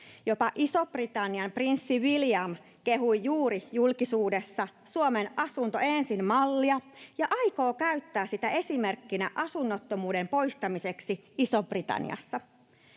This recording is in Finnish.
Jopa Ison-Britannian prinssi William kehui juuri julkisuudessa Suomen asunto ensin -mallia ja aikoo käyttää sitä esimerkkinä asunnottomuuden poistamiseksi Isosta-Britanniasta.